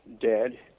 dead